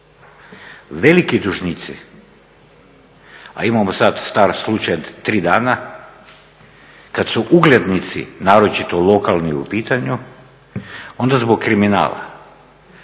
Veliki dužnici, a imamo sada star slučaj tri dana kada su uglednici, naročito lokalni u pitanju, onda zbog kriminala,